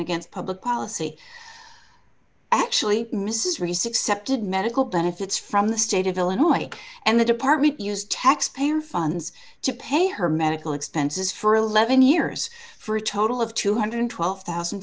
against public policy actually mrs research septic medical benefits from the state of illinois and the department use taxpayer funds to pay her medical expenses for eleven years for a total of two hundred and twelve thousand